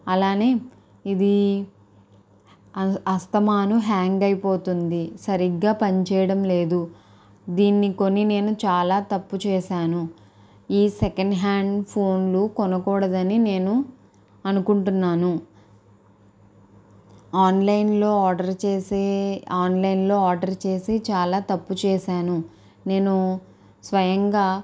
అలానే ఇది అస్తమాను హ్యాంగ్ అయిపోతుంది సరిగ్గా పని చేయడం లేదు దీనిని కొని నేను చాలా తప్పు చేశాను ఈ సెకండ్ హ్యాండ్ ఫోన్లు కొనకూడదని నేను అనుకుంటున్నాను ఆన్లైన్లో ఆర్డర్ చేసే ఆన్లైన్లో ఆర్డర్ చేసి చాలా తప్పు చేశాను నేను స్వయంగా